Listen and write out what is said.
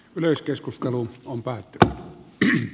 yleiskeskustelu on päätti yli